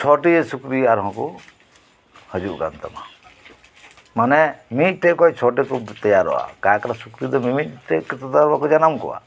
ᱪᱷᱚᱴᱤ ᱥᱩᱠᱨᱤ ᱟᱨᱦᱚᱸ ᱠᱚ ᱦᱤᱡᱩᱜ ᱠᱟᱱ ᱛᱟᱢᱟ ᱢᱟᱱᱮ ᱢᱤᱫᱴᱮᱱ ᱠᱷᱚᱱ ᱪᱷᱚᱴᱤ ᱠᱚ ᱛᱮᱭᱟᱨᱚᱜᱼᱟ ᱥᱩᱠᱨᱤ ᱫᱚ ᱢᱤ ᱢᱤᱫ ᱴᱮᱱ ᱠᱟᱛᱮ ᱫᱚ ᱟᱨ ᱵᱟᱠᱚ ᱡᱟᱱᱟᱢ ᱠᱚᱣᱟ